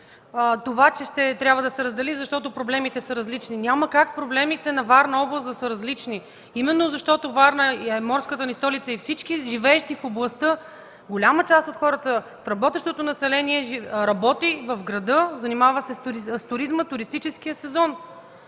това, че ще трябва да се раздели, защото проблемите са различни. Няма как проблемите на Варна област да са различни, именно защото Варна е морската ни столица и всички живеещи в областта, голяма част от хората, от работещото население работи в града, занимава се с туризъм в туристическия сезон.